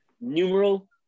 numeral